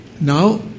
now